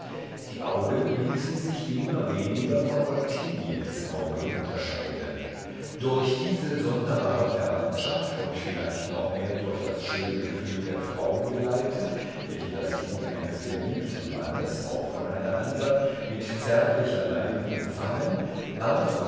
die augen ließen sich immer weniger von ottiliens augen unterscheiden durch diese sonderbare verwandtschaft und vielleicht noch mehr durch das schöne gefühl der frauen geleitet welche das kind eines geliebten mannes auch von einer andern mit zärtlicher neigung umfangen ward